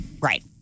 Right